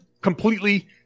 completely